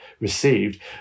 received